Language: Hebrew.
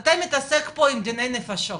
אתה מתעסק פה עם דיני נפשות